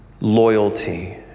loyalty